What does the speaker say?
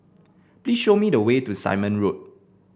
please show me the way to Simon Road